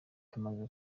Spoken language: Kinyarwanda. tumaze